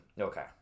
okay